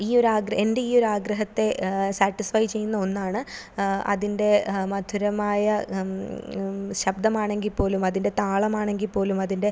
ഈ ഒരാഗ്ര എൻ്റെ ഈ ഒരാഗ്രഹത്തെ സാട്ടിസ്ഫൈ ചെയ്യുന്ന ഒന്നാണ് അതിൻ്റെ മധുരമായ ശബ്ദമാണെങ്കിൽ പോലും അതിൻ്റെ താളം ആണെങ്കിൽ പോലും അതിൻ്റെ